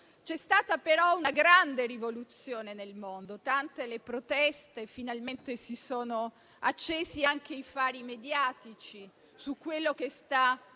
C'è stata però una grande rivoluzione nel mondo, tante sono state le proteste e finalmente si sono accesi anche i fari mediatici su quello che sta